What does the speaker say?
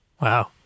wow